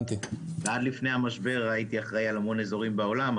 עד לפני המשבר הייתי אחראי על המון אזורים בעולם,